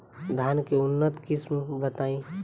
धान के उन्नत किस्म बताई?